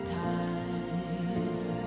time